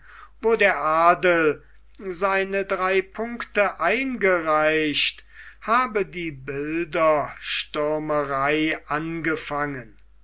wo der adel seine drei punkte eingereicht habe die bilderstürmerei angefangen